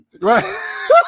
right